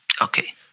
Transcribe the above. Okay